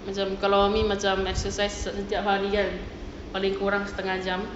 macam kalau umi macam exercise setiap hari kan paling kurang setengah jam